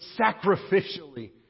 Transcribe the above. sacrificially